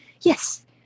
yes